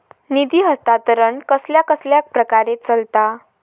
निधी हस्तांतरण कसल्या कसल्या प्रकारे चलता?